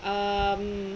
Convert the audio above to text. um